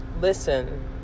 Listen